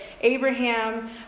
Abraham